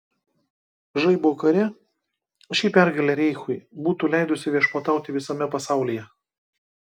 žaibo kare ši pergalė reichui būtų leidusi viešpatauti visame pasaulyje